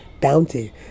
bounty